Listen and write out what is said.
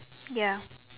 ya